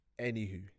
Anywho